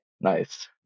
Nice